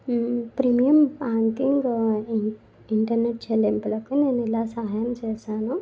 premium banking internet చెల్లింపులకు నేను ఇలా సహాయం చేశాను